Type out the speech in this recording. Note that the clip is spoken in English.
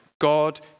God